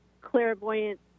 clairvoyant